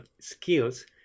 skills